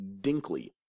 Dinkley